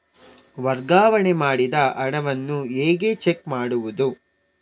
ವರ್ಗಾವಣೆ ಮಾಡಿದ ಹಣವನ್ನು ಹೇಗೆ ಚೆಕ್ ಮಾಡುವುದು?